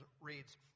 reads